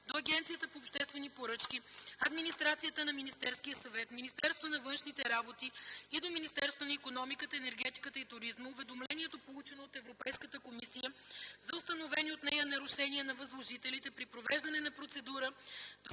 до Агенцията по обществени поръчки, администрацията на Министерския съвет, Министерството на външните работи и до Министерството на икономиката, енергетиката и туризма уведомлението, получено от Европейската комисия, за установени от нея нарушения на възложителите при провеждане на процедура